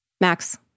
Max